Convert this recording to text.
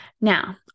Now